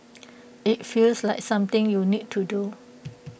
IT feels like something you need to do